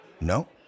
No